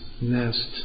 nest